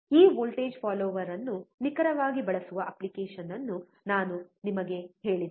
ಈ voltage follower ಅನ್ನು ನಿಖರವಾಗಿ ಬಳಸುವ ಅಪ್ಲಿಕೇಶನ್ ಅನ್ನು ನಾನು ನಿಮಗೆ ಹೇಳಿದ್ದೇನೆ